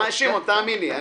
שמעון, תאמין לי.